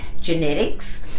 genetics